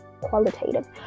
qualitative